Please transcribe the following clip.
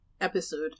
episode